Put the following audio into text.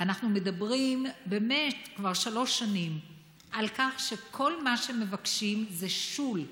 אנחנו מדברים באמת כבר שלוש שנים על כך שכל מה שמבקשים זה שול,